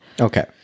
Okay